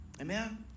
amen